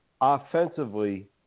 offensively